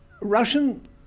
Russian